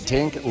Tank